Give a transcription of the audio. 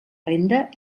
renda